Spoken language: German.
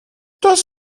das